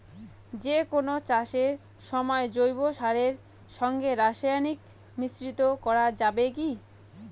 যে কোন চাষের সময় জৈব সারের সঙ্গে রাসায়নিক মিশ্রিত করা যাবে কি?